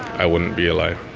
i wouldn't be alive.